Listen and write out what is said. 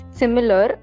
similar